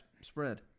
Spread